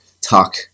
talk